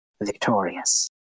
victorious